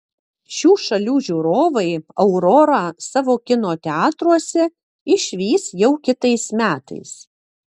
šių šalių žiūrovai aurorą savo kino teatruose išvys jau kitais metais